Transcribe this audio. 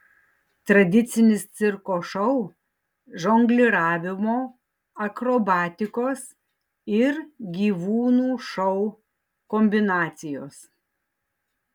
tradicinis cirko šou žongliravimo akrobatikos ir gyvūnų šou kombinacijos